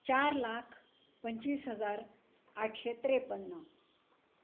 चार लाख पंचवीस हजार आठशे त्रेपन्न